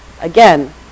Again